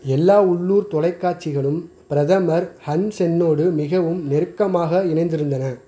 எல்லா உள்ளூர் தொலைக்காட்சிகளும் பிரதமர் ஹன் சென்னோடு மிகவும் நெருக்கமாக இணைந்திருந்தன